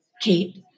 Kate